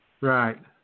right